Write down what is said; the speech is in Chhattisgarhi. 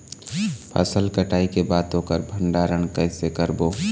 फसल कटाई के बाद ओकर भंडारण कइसे करबो?